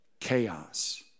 chaos